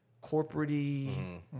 corporate-y